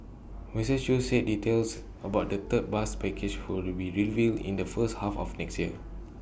Mister chew said details about the third bus package who will be revealed in the first half of next year